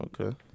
okay